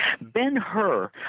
Ben-Hur